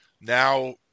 now